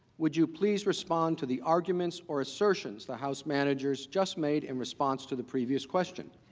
would you please respond to the arguments or assertions the house managers just made in response to the previous questions?